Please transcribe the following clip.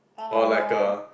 !aww!